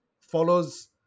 follows